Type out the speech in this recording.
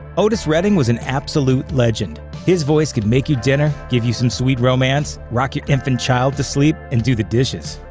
otis redding was an absolute legend his voice could make you dinner, give you some sweet romance, rock your infant child to sleep, and do the dishes.